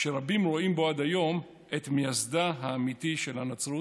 שרבים רואים בו עד היום את מייסדה האמיתי של הנצרות.